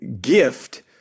gift